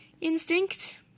instinct